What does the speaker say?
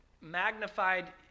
magnified